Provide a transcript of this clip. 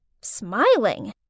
smiling